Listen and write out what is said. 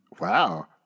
wow